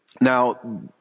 Now